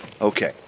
Okay